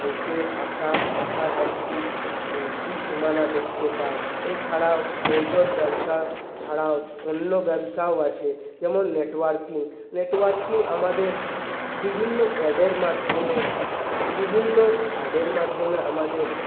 বেঁচে আসা আসার একটি ত্রিসীমানা দেখতে পায় এছাড়া ঔষধ ব্যবসা ছাড়াও অন্য ব্যবসাও আছে যেমন নেটওয়ার্কিং নেটওয়ার্কিং আমাদের বিভিন্ন অ্যাডের মাধ্যমে বিভিন্ন অ্যাডের মাধ্যমে আমাদের